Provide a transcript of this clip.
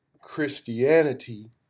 Christianity